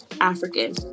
African